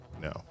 No